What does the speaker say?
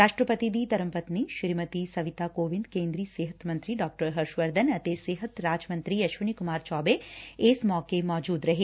ਰਾਸਟਰਪਤੀ ਦੀ ਧਰਮਪਤਨੀ ਸ੍ਰੀਮਤੀ ਸਵੀਤਾ ਕੋਵਿੰਦ ਕੇਂਦਰੀ ਸਿਹਤ ਮੰਤਰੀ ਡਾ ਹਰਸ਼ ਵਰਧਨ ਅਤੇ ਸਿਹਤ ਰਾਜ ਮੰਤਰੀ ਅਸ਼ਵਨੀ ਕੁਮਾਰ ਚੋਬੇ ਇਸ ਮੌਕੇ ਮੌਚੁਦ ਰਹੇ